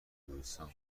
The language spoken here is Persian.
کوهستان